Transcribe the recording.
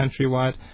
countrywide